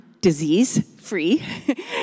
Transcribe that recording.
disease-free